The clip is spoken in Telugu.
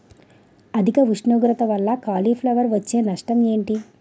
అధిక ఉష్ణోగ్రత వల్ల కాలీఫ్లవర్ వచ్చే నష్టం ఏంటి?